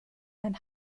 ein